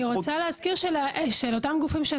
ואני רוצה להזכיר שלאותם גופים,